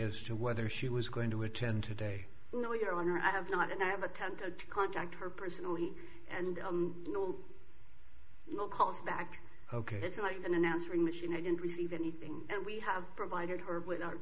as to whether she was going to attend today you know your honor i have not and i have attempted to contact her personally and you know no calls back ok it's not even an answering machine i didn't receive anything and we have provided her with ou